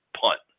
punt